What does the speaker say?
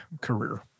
career